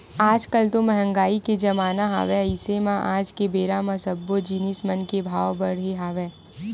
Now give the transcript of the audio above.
आज कल तो मंहगाई के जमाना हवय अइसे म आज के बेरा म सब्बो जिनिस मन के भाव बड़हे हवय